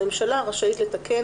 הממשלה רשאית לתקן,